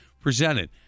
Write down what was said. presented